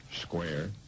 square